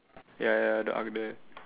ya ya ya the arch there